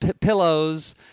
pillows